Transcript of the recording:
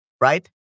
right